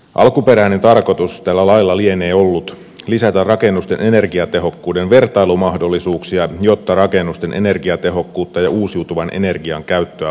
alkuperäinen tarkoitus tällä lailla lienee ollut lisätä rakennusten energiatehokkuuden vertailumahdollisuuksia jotta rakennusten energiatehokkuutta ja uusiutuvan energian käyttöä voitaisiin parantaa